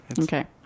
okay